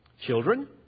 Children